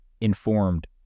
informed